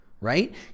right